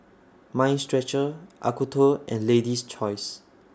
Mind Stretcher Acuto and Lady's Choice